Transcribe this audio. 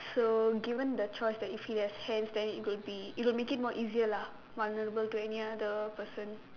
so given the choice that if it has hands than it will be it will make it more easier lah more vulnerable to any other person